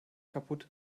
kaputt